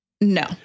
No